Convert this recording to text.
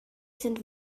sind